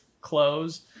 clothes